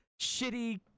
shitty